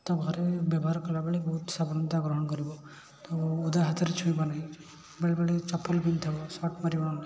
ତ ଘରେ ବ୍ୟବହାର କଲାବେଳେ ବହୁତ ସାବଧାନତା ଗ୍ରହଣ କରିବ ତ ଓଦା ହାତରେ ଛୁଇଁବା ନାଇଁ ବେଳେବେଳେ ଚପଲ ପିନ୍ଧିଥିବ ସର୍ଟ ମାରିବନି